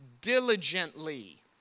diligently